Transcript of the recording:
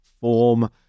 form